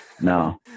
No